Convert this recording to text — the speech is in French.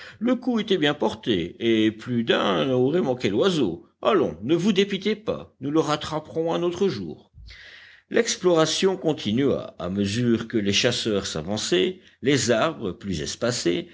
le coup était bien porté et plus d'un aurait manqué l'oiseau allons ne vous dépitez pas nous le rattraperons un autre jour l'exploration continua à mesure que les chasseurs s'avançaient les arbres plus espacés